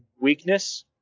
weakness